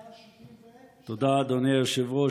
תודה, אדוני היושב-ראש.